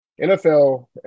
NFL